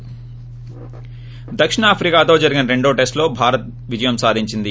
break దక్షిణాఫ్రికాతో జరిగిన రెండో టెస్టులో భారత్ విజయం సాధించింది